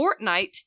Fortnite